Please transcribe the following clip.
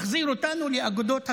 זה מחזיר אותנו לאגודות הכפרים,